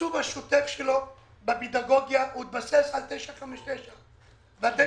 התקצוב השוטף שלו בפדגוגיה התבסס על 959. ואתם